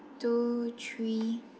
two three